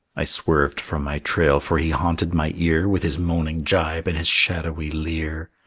i swerved from my trail, for he haunted my ear with his moaning jibe and his shadowy leer.